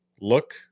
look